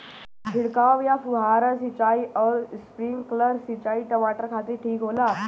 छिड़काव या फुहारा सिंचाई आउर स्प्रिंकलर सिंचाई टमाटर खातिर ठीक होला?